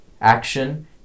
action